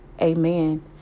Amen